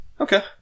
Okay